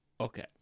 okay